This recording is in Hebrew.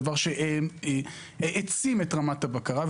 דבר שהעצים את רמת הבקרה.